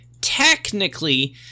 technically